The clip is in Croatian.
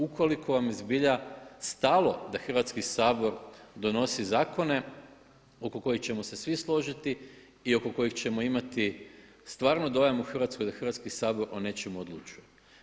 Ukoliko vam je zbilja stalo da Hrvatski sabor donosi zakone oko kojih ćemo se svi složiti i oko kojih ćemo imati stvarno dojam u Hrvatskoj da Hrvatski sabor o nečemu odlučuje.